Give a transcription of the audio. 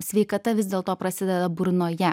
sveikata vis dėlto prasideda burnoje